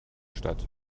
statt